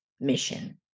mission